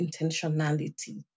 intentionality